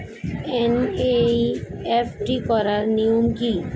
NEFT করার নিয়ম কী?